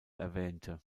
erwähnte